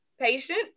patient